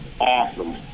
awesome